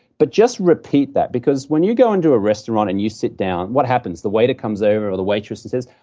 but just repeat that, because when you go into a restaurant and you sit down, what happens? the waiter comes over, or the waitress, and says,